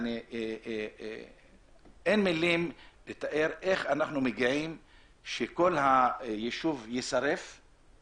אין מילים לתאר איך אפשר להגיע למצב שכל הישוב יישרף על זה?